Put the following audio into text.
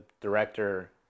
director